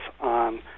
on